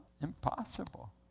Impossible